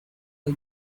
are